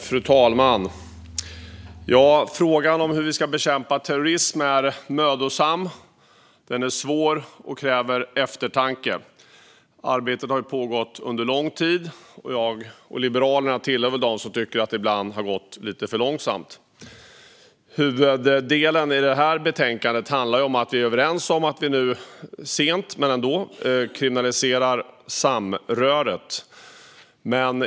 Fru talman! Frågan om hur vi ska bekämpa terrorism är mödosam. Den är svår och kräver eftertanke. Arbetet har pågått under lång tid. Jag och Liberalerna tillhör väl dem som tycker att det ibland har gått lite för långsamt. Huvuddelen i detta betänkande handlar om att vi är överens om att nu, sent men ändå, kriminalisera samröre.